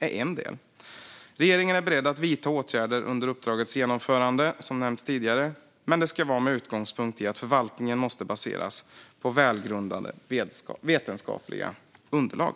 Regeringen är, som nämnts tidigare, beredd att vidta åtgärder under uppdragets genomförande, men utgångspunkten ska vara att förvaltningen måste baseras på välgrundade vetenskapliga underlag.